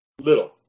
Little